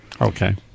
Okay